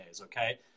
okay